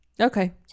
Okay